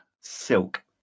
Silk